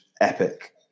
epic